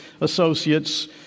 associates